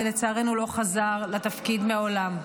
ולצערנו לא חזר לתפקיד מעולם.